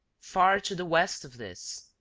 far to the west of this,